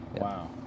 Wow